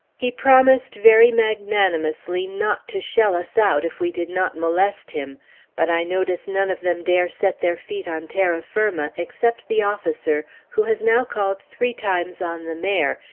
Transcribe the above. he promised very magnanimously not to shell us out if we did not molest him but i notice none of them dare set their feet on terra firma, except the officer who has now called three times on the mayor,